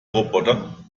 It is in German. roboter